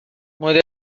مدل